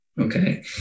okay